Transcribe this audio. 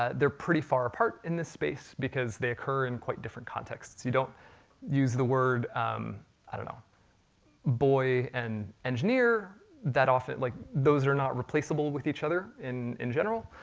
they're pretty far apart in this space, because they occur in quite different contexts. you don't use the word um boy and engineer that often, like those are not replaceable with each other in in general.